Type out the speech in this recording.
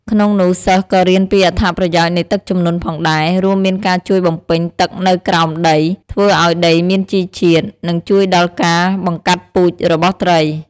ក្នុងនោះសិស្សក៏រៀនពីអត្ថប្រយោជនៃទឹកជំនន់ផងដែរ រួមមានការជួយបំពេញទឹកនៅក្រោមដី ធ្វើឱ្យដីមានជីជាតិ និងជួយដល់ការបង្កាត់ពូជរបស់ត្រី។